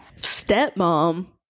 Stepmom